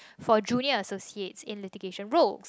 for junior associate in litigation role